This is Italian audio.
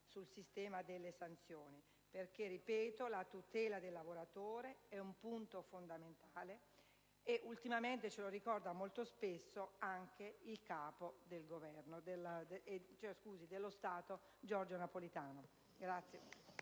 sul sistema delle sanzioni perché - ripeto - la tutela del lavoratore è un punto fondamentale, come ultimamente ci ricorda molto spesso anche il capo dello Stato, Giorgio Napolitano.